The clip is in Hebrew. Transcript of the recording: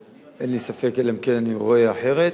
אין לי ספק, אלא אם כן אני רואה אחרת.